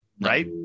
right